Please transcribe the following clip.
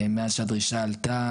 מאז שהדרישה עלתה,